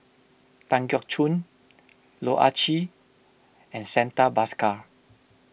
Tan Keong Choon Loh Ah Chee and Santha Bhaskar